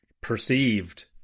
perceived